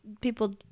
People